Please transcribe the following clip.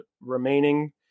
remaining